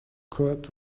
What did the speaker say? court